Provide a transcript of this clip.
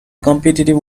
competitive